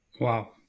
Wow